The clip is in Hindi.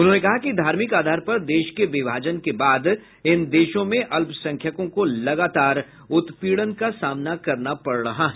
उन्होंने कहा कि धार्मिक आधार पर देश के विभाजन के बाद इन देशों में अल्पसंख्यकों को लगातार उत्पीड़न का सामना करना पड़ रहा है